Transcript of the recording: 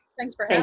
thanks for and